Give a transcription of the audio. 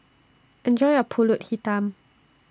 Enjoy your Pulut Hitam